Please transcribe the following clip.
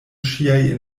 ŝiaj